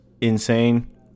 insane